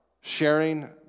sharing